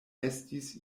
estis